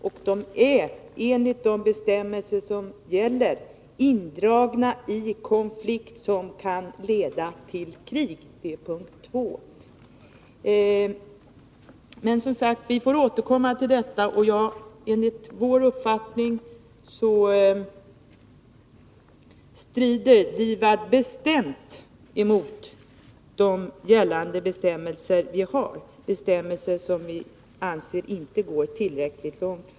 Och länderna där är, enligt punkt 2 i de bestämmelser som gäller, indragna i konflikt som kan leda till krig. Vi får återkomma till detta, men enligt vår uppfattning strider DIVAD bestämt mot de gällande bestämmelser vi har, bestämmelser som vi f. ö. inte anser går tillräckligt långt.